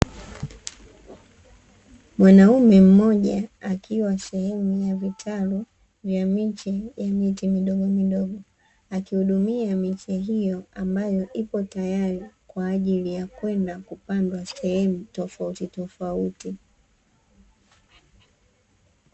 Mwanaume mmoja akiwa sehemu ya vitalu vya miche ya miti midogomidogo, akihudumia miche hiyo, ambayo ipo tayari kwa ajili ya kwenda kupandwa sehemu tofautitofauti.